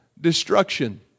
destruction